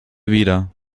wieder